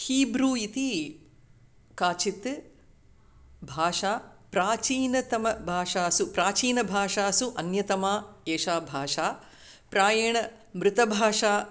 Hebrew इति काचित् भाषा प्राचीनतम भाषासु प्राचीन भाषासु अन्यतमा एषा भाषा प्रायेण मृतभाषा